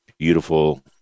beautiful